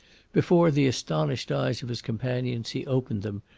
before the astonished eyes of his companions he opened them.